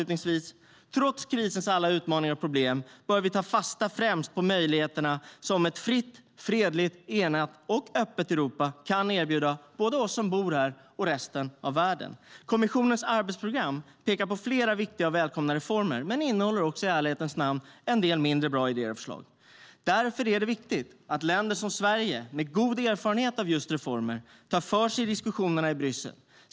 Trots krisens alla utmaningar och problem bör vi ta fasta främst på de möjligheter som ett fritt, fredligt, enat och öppet Europa kan erbjuda både oss som bor här och resten av världen. Kommissionens arbetsprogram pekar på flera viktiga och välkomna reformer men innehåller också, i ärlighetens namn, en del mindre bra idéer och förslag. Därför är det viktigt att länder som Sverige, med god erfarenhet av just reformer, tar för sig i diskussionerna i Bryssel.